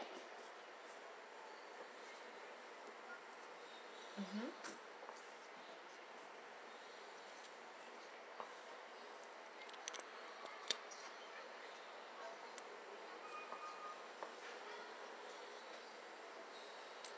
mmhmm